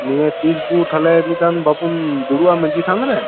ᱱᱤᱭᱟᱹ ᱛᱤᱥ ᱵᱚᱱ ᱛᱟᱦᱚᱞᱮ ᱢᱤᱫ ᱫᱷᱟᱣ ᱵᱟᱵᱚᱱ ᱫᱩᱲᱩᱵᱟ ᱢᱟᱺᱡᱷᱤ ᱛᱷᱟᱱᱨᱮ